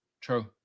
true